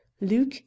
luke